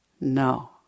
No